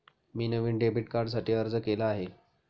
मी नवीन डेबिट कार्डसाठी अर्ज केला आहे